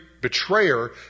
betrayer